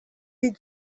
did